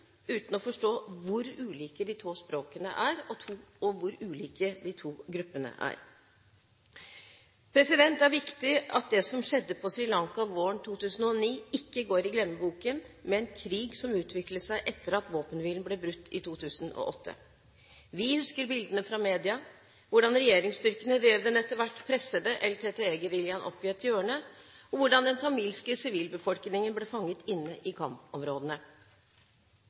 uten å forstå hvor ulike de to språkene er, og hvor ulike de to gruppene er. Det er viktig at det som skjedde på Sri Lanka våren 2009, ikke går i glemmeboken, med en krig som utviklet seg etter at våpenhvilen ble brutt i 2008. Vi husker bildene fra media, hvordan regjeringsstyrkene drev den etter hvert pressede LTTE-geriljaen opp i et hjørne, og hvordan den tamilske sivilbefolkningen ble fanget inne i kampområdene.